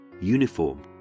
uniform